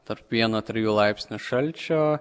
tarp vieno trijų laipsnių šalčio